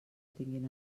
tinguin